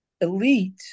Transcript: elite